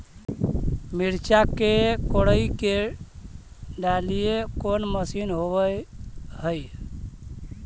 मिरचा के कोड़ई के डालीय कोन मशीन होबहय?